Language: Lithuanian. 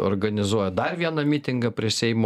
organizuoja dar vieną mitingą prie seimo